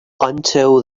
until